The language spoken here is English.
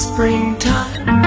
Springtime